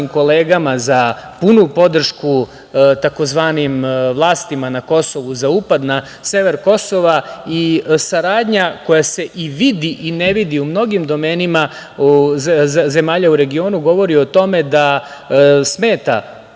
kolegama za punu podršku tzv. vlastima na Kosovu za upad na sever Kosova i saradnja koja se i vidi i ne vidi u mnogim domenima zemalja u regionu, govori o tome da smeta